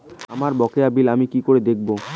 আমার বকেয়া বিল আমি কি করে দেখব?